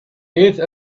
ate